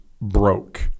broke